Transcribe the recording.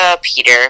Peter